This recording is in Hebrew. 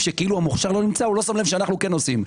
שכאילו המוכשר לא נמצא - לא שם לב שאנחנו כן עושים.